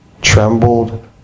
trembled